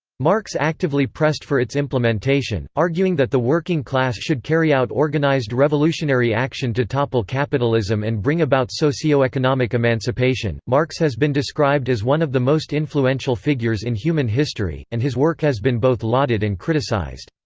marx actively pressed for its implementation, arguing that the working class should carry out organised revolutionary action to topple capitalism and bring about socio-economic emancipation marx has been described as one of the most influential figures in human history, and his work has been both lauded and criticised.